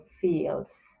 fields